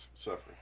suffering